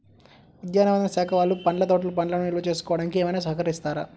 ఉద్యానవన శాఖ వాళ్ళు పండ్ల తోటలు పండ్లను నిల్వ చేసుకోవడానికి ఏమైనా సహకరిస్తారా?